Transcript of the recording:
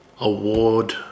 award